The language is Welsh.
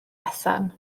bethan